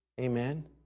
Amen